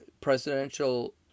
presidential